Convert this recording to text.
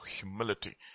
humility